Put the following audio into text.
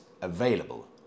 available